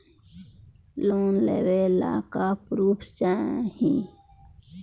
Loan लेवे ला का पुर्फ चाही?